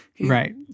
Right